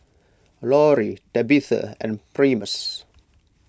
Lori Tabitha and Primus